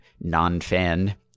non-fan